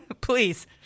please